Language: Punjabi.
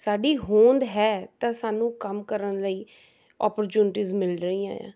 ਸਾਡੀ ਹੋਂਦ ਹੈ ਤਾਂ ਸਾਨੂੰ ਕੰਮ ਕਰਨ ਲਈ ਆਪੋਰਚੁਨਿਟੀਜ਼ ਮਿਲ ਰਹੀਆਂ ਆਂ